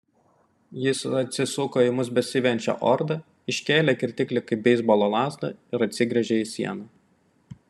jis atsisuko į mus besivejančią ordą iškėlė kirtiklį kaip beisbolo lazdą ir atsigręžė į sieną